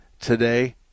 Today